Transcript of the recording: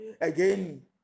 Again